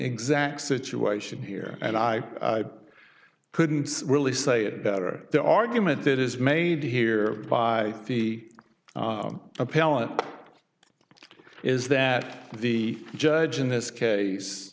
exact situation here and i couldn't really say it better the argument that is made here by the appellant is that the judge in this case